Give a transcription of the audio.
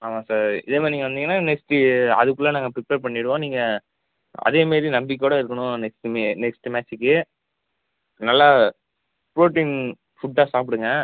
ஆமாம் சார் இதே மாதிரி நீங்கள் வந்தீங்கன்னா நெக்ஸ்ட்டு அதுக்குள்ள நாங்கள் ப்ரிப்பேர் பண்ணிடுவோம் நீங்கள் அதேமாரி நம்பிக்கையோடு இருக்கணும் நெக்ஸ்ட்டுமே நெக்ஸ்ட்டு மேட்ச்சுக்கு நல்லா ப்ரோட்டீன் ஃபுட்டா சாப்புடுங்க